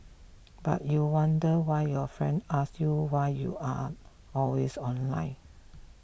but you wonder why your friend ask you why you are always online